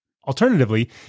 Alternatively